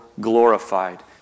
glorified